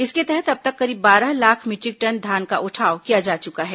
इसके तहत अब तक करीब बारह लाख मीटरिक टन धान का उठाव किया जा चुका है